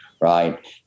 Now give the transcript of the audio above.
right